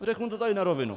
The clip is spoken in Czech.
Řeknu to tady na rovinu.